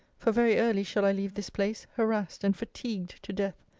for very early shall i leave this place harassed and fatigued to death.